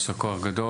יישר כוח גדול,